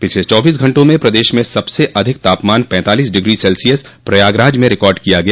पिछले चौबीस घंटों में प्रदेश में सबसे अधिक तापमान पैंतालीस डिग्री सेल्सियस प्रयागराज में रिकार्ड किया गया